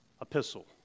epistle